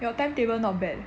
your timetable not bad